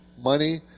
money